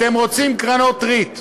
אתם רוצים קרנות ריט.